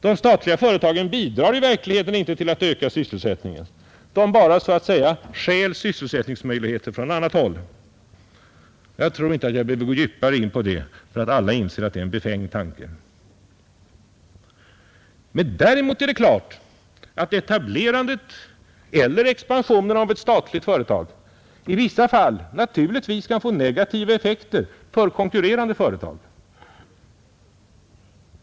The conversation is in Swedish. De statliga företagen bidrar i verkligheten inte till att öka sysselsättningen utan bara så att säga syjäl sysselsättningsmöjligheter från annat håll. Jag tror inte att jag behöver gå djupare in på det för att alla skall inse att det är en befängd tanke. Däremot är det klart att etablerandet eller expansionen av ett statligt företag i vissa fall kan få negativa effekter för konkurrerande företag.